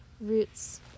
roots